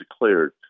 declared